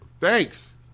thanks